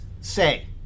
say